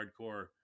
hardcore